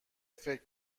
فکر